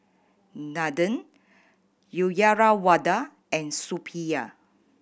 Nathan Uyyalawada and Suppiah